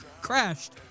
crashed